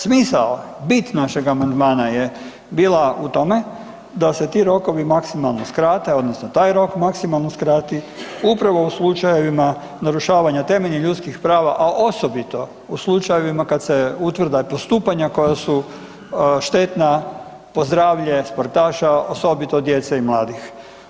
Smisao, bit našeg amandmana je bila u tome da se ti rokovi maksimalno skrate odnosno taj rok maksimalno skrati, upravo u slučajevima narušavanja temeljnih ljudskih prava a osobito u slučajevima kad se utvrde postupanja koja su štetna po zdravlje sportaša, osobito djece i mladih.